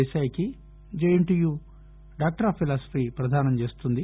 దేశాయ్కి JNTU doctor of philosophy ప్రదానం చేస్తుంది